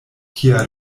kia